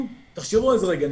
תחשבו על זה רגע,